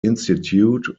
institute